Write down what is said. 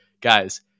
guys